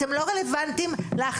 זה אמנם נקבע היום בחוק אבל יש עדיין כאן